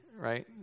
right